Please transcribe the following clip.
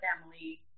family